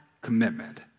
commitment